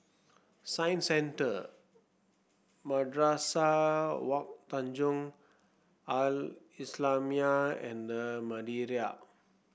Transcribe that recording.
Science Centre Madrasah Wak Tanjong Al Islamiah and The Madeira